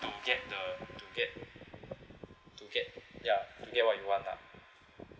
to get the to get to get ya to get what you want lah